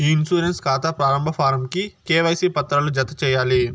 ఇ insurance కాతా ప్రారంబ form కి కేవైసీ పత్రాలు జత చేయాలి